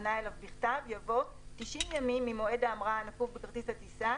פנה אליו בכתב " יבוא "90 ימים ממועד ההמראה הנקוב בכרטיס הטיסה,